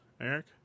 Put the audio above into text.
Eric